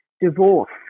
divorce